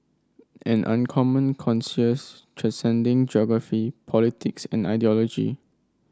an uncommon transcending geography politics and ideology